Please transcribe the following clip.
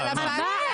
מה השאלה?